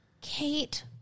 Kate